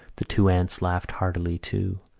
the two aunts laughed heartily, too,